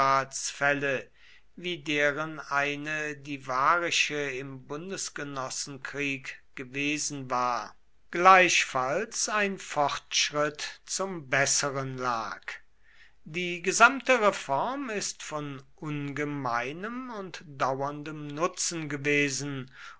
wie deren eine die varische im bundesgenossenkrieg gewesen war gleichfalls ein fortschritt zum besseren lag die gesamte reform ist von ungemeinem und dauerndem nutzen gewesen